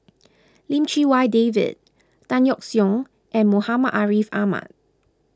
Lim Chee Wai David Tan Yeok Seong and Muhammad Ariff Ahmad